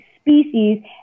species